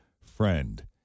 friend